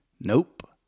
nope